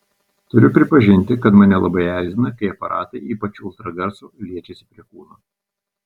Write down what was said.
turiu pripažinti kad mane labai erzina kai aparatai ypač ultragarso liečiasi prie kūno